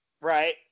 right